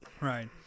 Right